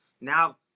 Now